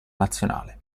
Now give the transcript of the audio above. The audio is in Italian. nazionale